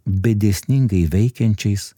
bei dėsningai veikiančiais